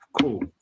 cool